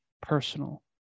personal